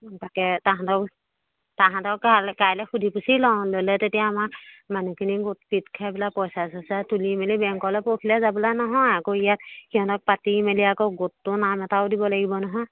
তাকে তাহাঁতক তাহাঁতৰ কাইলৈ কাইলৈ সুধি পুচি লওঁ ল'লে তেতিয়া আমাৰ মানুহখিনি গোট পিট খাই পেলাই পইচা চইচা তুলি মেলি বেংকলৈ পৰসিলৈ যাবলৈ নহয় আকৌ ইয়াত সিহঁতক পাতি মেলি আকৌ গোটটো নাম এটাও দিব লাগিব নহয়